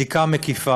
וכמובן, בדיקה מקיפה.